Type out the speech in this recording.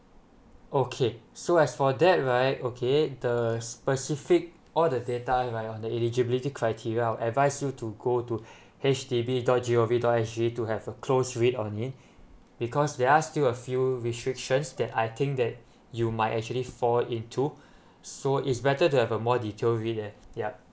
okay so as for that right okay the specific all the data right on the eligibility criteria I'll advise you to go to H D B dot G O V dot S G to have a close read on it because there are still a few restrictions that I think that you might actually fall into so is better to have a more detail read there yup